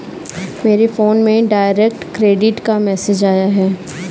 मेरे फोन में direct credit का मैसेज आया है